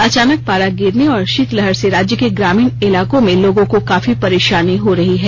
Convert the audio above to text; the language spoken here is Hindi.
अचानक पारा गिरने और शीतलहर से राज्य के ग्रामीण इलाकों में लोगों को काफी परेशानी हो रही है